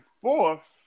fourth